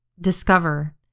discover